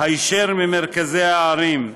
היישר ממרכזי הערים,